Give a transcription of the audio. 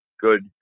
good